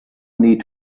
need